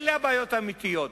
הבעיות האמיתיות.